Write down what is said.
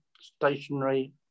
stationary